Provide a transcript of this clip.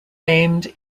named